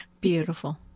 Beautiful